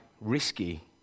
risky